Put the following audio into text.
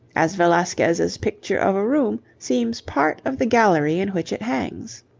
as velasquez's picture of a room seems part of the gallery in which it hangs.